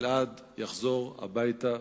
וגלעד יחזור הביתה